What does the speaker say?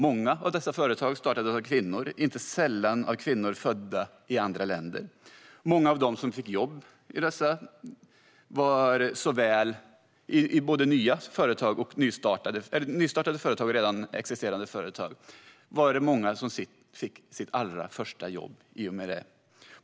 Många av dessa företag startades av kvinnor, inte sällan av kvinnor födda i andra länder. Många av dem som fick jobb inom dessa, både nystartade och redan existerande, företag fick sitt allra första jobb i och med detta.